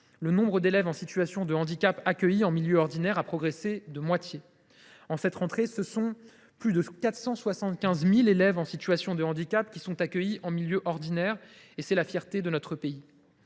le nombre d’élèves en situation de handicap accueillis en milieu ordinaire a progressé de moitié. En cette rentrée, ce sont plus de 475 000 élèves en situation de handicap qui sont accueillis en milieu ordinaire. C’est la fierté de notre pays.